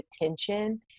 attention